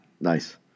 Nice